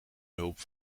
hulp